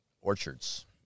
orchards